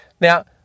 Now